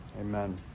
amen